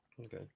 Okay